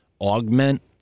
augment